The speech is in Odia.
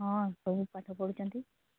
ହଁ ସବୁ ପାଠ ପଢ଼ୁଛନ୍ତି